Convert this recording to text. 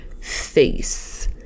face